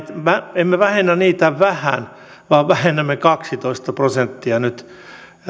emme vähennä niitä vähän vaan vähennämme kaksitoista prosenttia nyt